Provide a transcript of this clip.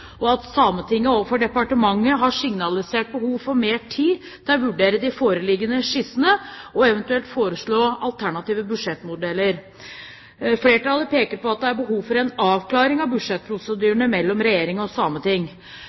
og at Sametinget overfor departementet har signalisert behov for mer tid til å vurdere foreliggende skisse og eventuelt foreslå alternative budsjettmodeller. Flertallet peker på at det er behov for en avklaring av budsjettprosedyrene mellom Regjeringen og